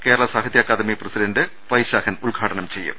Kerala Sahitya Akademi president Vaishakhan ഉദ്ഘാട്ടനം ചെയ്യും